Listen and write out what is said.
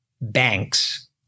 banks